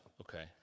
Okay